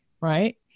right